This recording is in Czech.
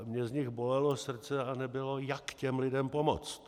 Mě z nich bolelo srdce a nebylo, jak těm lidem pomoct.